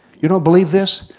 you don't believe this?